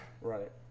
Right